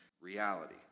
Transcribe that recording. reality